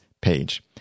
page